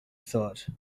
thought